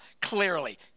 Clearly